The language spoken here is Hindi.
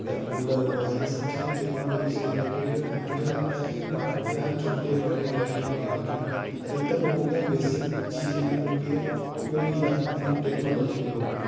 या कूलर हुआ ये सब चीजें टेक्नोलॉजी से रिलेटेड ही हैं और हमें जो लगता है कि भारत के हर छोटे बड़े गरीब अमीर अधिकतर लोगों के यहाँ बेसिक चीजें हैं जो कि उपयोग की जा ती हैं टेक्नोलॉजी के रूप में